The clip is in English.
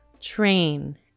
train